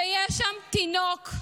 ויש שם תינוק,